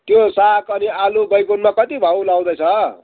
त्यो साग अनि आलु बैगुनमा कति भाउ लाउँदैछ